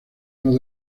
uno